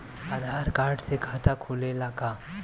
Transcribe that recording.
आधार card से खाता खुले ला का?